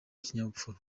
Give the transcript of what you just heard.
ikinyabupfura